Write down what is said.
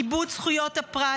כיבוד זכויות הפרט,